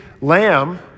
lamb